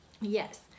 Yes